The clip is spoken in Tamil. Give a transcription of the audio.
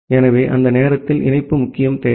எனவே அந்த நேரத்தில் இணைப்பு முக்கிய தேவை